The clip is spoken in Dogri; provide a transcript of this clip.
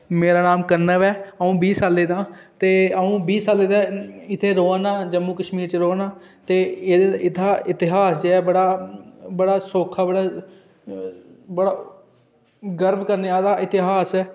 मेरा नाम कनव ऐ अ'ऊं बीं सालें दा ते अ'ऊं बीं सालें दा इत्थै र'वा ना जम्मू कशमीर च र'वा ना ते इत्थै दा इतिहास बड़ा सौक्खा बड़ा गर्व करने आह्ला ऐ इतिहास